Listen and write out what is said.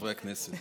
חברי הכנסת,